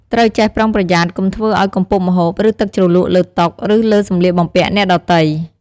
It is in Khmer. ត្រូវចេះប្រុងប្រយ័ត្នកុំធ្វើឱ្យកំពប់ម្ហូប ឬទឹកជ្រលក់លើតុ ឬលើសម្លៀកបំពាក់អ្នកដទៃ។